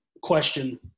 question